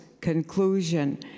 conclusion